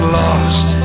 lost